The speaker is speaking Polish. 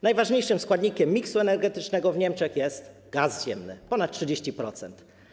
Najważniejszym składnikiem miksu energetycznego w Niemczech jest gaz ziemny - ponad 30%.